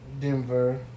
Denver